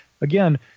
Again